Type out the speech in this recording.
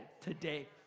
today